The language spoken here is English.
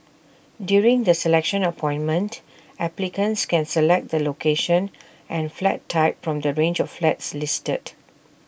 during the selection appointment applicants can select the location and flat type from the range of flats listed